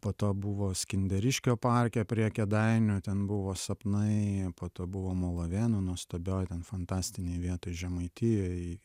po to buvo skinderiškio parke prie kėdainių ten buvo sapnai po to buvo molavėnų nuostabioj ten fantastinėj vietoj žemaitijoj